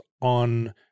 on